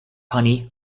honey